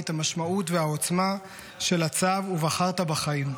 את המשמעות והעוצמה של הצו "ובחרת בחיים".